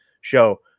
show